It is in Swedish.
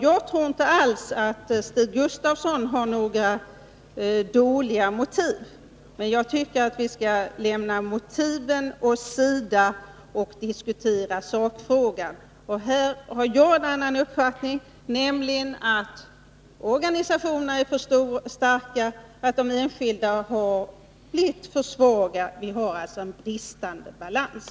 Jag tror inte alls att Stig Gustafsson har några dåliga motiv, men jag tycker att vi skall lämna motiven åt sidan och diskutera sakfrågan, och i den har jag en annan uppfattning, nämligen att organisationerna har blivit för starka och att de enskilda har blivit för svaga. Vi har alltså fått en bristande balans.